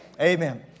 Amen